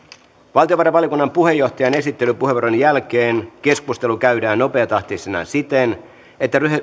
valtiovarainvaliokunnan puheenjohtajan esittelypuheenvuoron jälkeen keskustelu käydään nopeatahtisena siten että